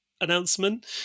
announcement